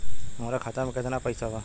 हमरा खाता मे केतना पैसा बा?